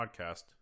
podcast